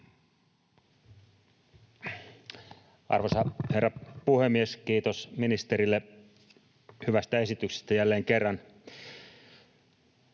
Arvoisa herra puhemies! Kiitos ministerille hyvästä esityksestä jälleen kerran.